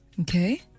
Okay